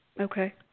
Okay